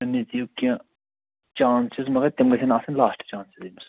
أمِس دِیوٗ کیٚنٛہہ چانٛسِز مگر تِم گژھن آسٕنۍ لاسٹ چانٛسِز أمِس